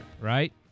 right